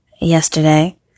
yesterday